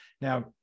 Now